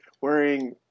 wearing